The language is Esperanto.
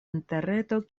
interreto